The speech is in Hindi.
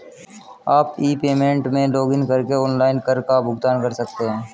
आप ई पेमेंट में लॉगइन करके ऑनलाइन कर का भुगतान कर सकते हैं